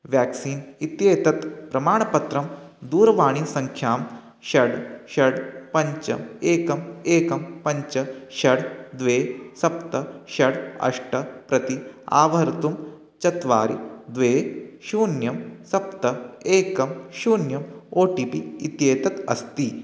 vaccine इत्येतत् प्रमाणपत्रं दूरवाणीसङ्ख्यां षड् षड् पञ्च एकं एकं पञ्च षड् द्वे सप्त षड् अष्ट प्रति आवर्तयितुं चत्वारि द्वे शून्यं सप्त एकं शून्यम् ओ टि पि इत्येतत् अस्ति